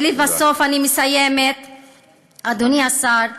ולבסוף, אני מסיימת, אדוני השר,